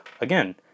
Again